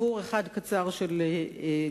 סיפור אחד קצר של גבורה,